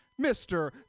Mr